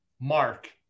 mark